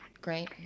Great